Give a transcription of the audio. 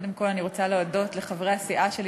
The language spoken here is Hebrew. קודם כול אני רוצה להודות לחברי הסיעה שלי